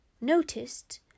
noticed